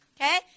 Okay